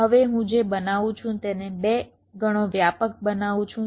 હવે હું જે બનાવું છું તેને 2 ગણો વ્યાપક બનાવું છું